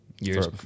Years